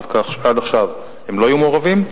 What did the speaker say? עד עכשיו הם לא היו מעורבים.